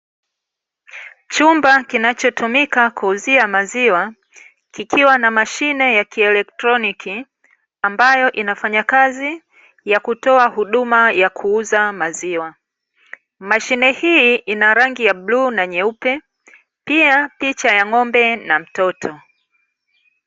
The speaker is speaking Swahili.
Chumba kinachotumika kuuzia maziwa, kikiwa na mashine ya kielektoniki ambayo inafanya kazi ya kutoa huduma ya kuuza maziwa. Mashine hii ina rangi ya bluu na nyeupe, pia picha ya ng'ombe na mtoto.